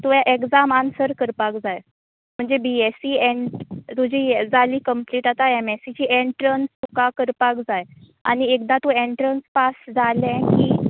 तुवें exam answer करपाक जाय म्हणते बी एस इ एन तुजी जाली कंम्पलीट आतां काय एम एस इ ची एट्रंस तुका करपाक जाय आनी एकदा तूं एट्रंस पास जालें की